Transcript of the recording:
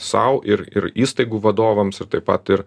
sau ir ir įstaigų vadovams ir taip pat ir